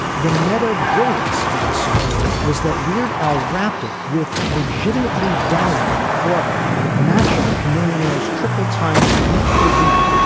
the meta brilliance of the song was that weird. al rapped it with legitimately dazzling flow matching chameleon ears, triple time yeah beat for beat,